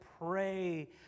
pray